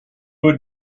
would